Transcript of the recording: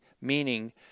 meaning